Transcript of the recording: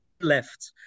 left